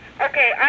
Okay